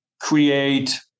create